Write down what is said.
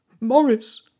Morris